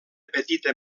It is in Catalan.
petita